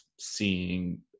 seeing